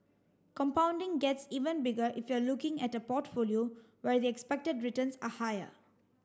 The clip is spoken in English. compounding gets even bigger if you're looking at a portfolio where the expected returns are higher